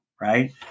Right